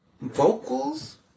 Vocals